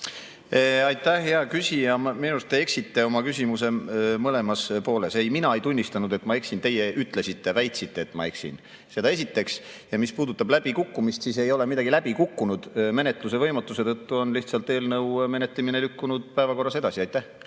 Aitäh, hea küsija! Minu arust te eksisite oma küsimuse mõlemas pooles. Ei, mina ei tunnistanud, et ma eksin. Teie ütlesite, väitsite, et ma eksin. Seda esiteks. Ja mis puudutab läbikukkumist, siis midagi ei ole läbi kukkunud. Menetluse võimatuse tõttu on eelnõu menetlemine lükkunud lihtsalt päevakorras edasi. Aitäh,